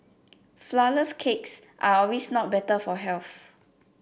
flourless cakes are not always better for health